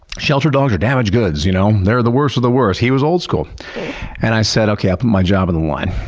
shelter dogs are damaged goods, you know they're the worst of the worst. he was old-school. and i said okay i'll put my job on and the line.